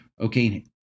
Okay